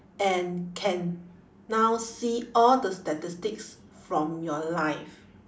and can now see all the statistics from your life